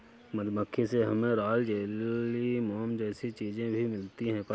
मधुमक्खी से हमे रॉयल जेली, मोम जैसी चीजे भी मिलती है